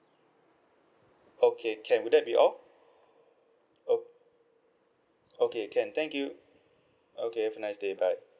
okay can would that be all o~ okay can thank you okay have a nice day bye